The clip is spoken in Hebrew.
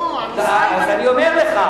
לא, הנוסחה היא, אז אני אומר לך,